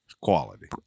Quality